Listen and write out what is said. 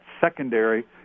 secondary